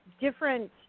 different